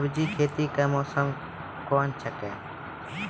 सब्जी खेती का मौसम क्या हैं?